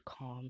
Calm